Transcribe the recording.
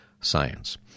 science